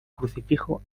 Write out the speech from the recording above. crucifijo